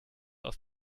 aus